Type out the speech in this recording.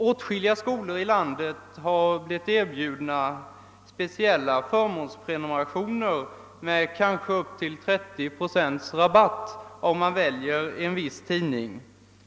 Åtskilliga skolor i landet har blivit erbjudna speciella förmånsprenumerationer med kanske upp till 30 procents rabatt om de väljer en viss tidning.